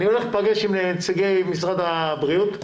אני הולך להפגש עם נציגי משרד הבריאות,